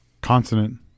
Consonant